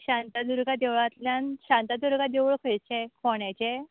शांतादुर्गा देवळातल्यान शांतादुर्गा देवूळ खंयचें फोण्याचें